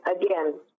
again